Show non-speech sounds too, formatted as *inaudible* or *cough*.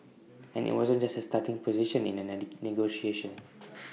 and IT wasn't just A starting position in A *unintelligible* negotiation